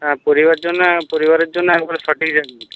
হ্যাঁ পরিবার জন্যে পরিবারের জন্যে একবারে সঠিক